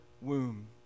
womb